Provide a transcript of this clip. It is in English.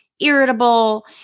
Irritable